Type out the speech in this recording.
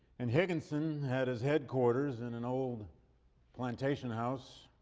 and higginson had his headquarters in an old plantation house.